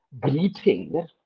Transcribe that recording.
greeting